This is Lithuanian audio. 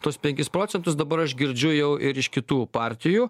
tuos penkis procentus dabar aš girdžiu jau ir iš kitų partijų